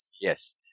yes